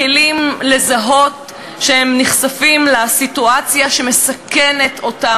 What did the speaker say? כלים לזהות שהם נחשפים לסיטואציה שמסכנת אותם.